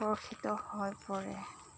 আকৰ্ষিত হৈ পৰে